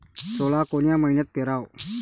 सोला कोन्या मइन्यात पेराव?